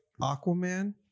aquaman